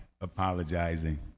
apologizing